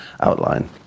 outline